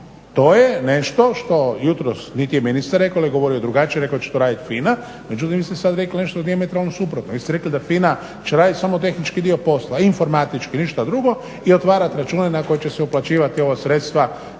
to je nešto što jutros niti je ministar rekao jer je govorio drugačije, rekao je da će to raditi FINA. Međutim, vi ste sad rekli nešto dijametralno suprotno. Vi ste rekli da FINA će raditi samo tehnički dio posla, informatički, ništa drugo i otvarati račune na koje će se uplaćivati ova sredstva